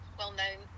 well-known